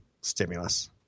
stimulus